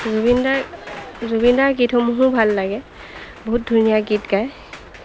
জুবিনদাৰ জুবিনদাৰ গীতসমূহো ভাল লাগে বহুত ধুনীয়া গীত গায়